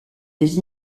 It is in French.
des